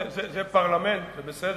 זה פרלמנט, זה בסדר.